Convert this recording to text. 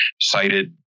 cited